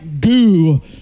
goo